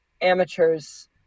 amateurs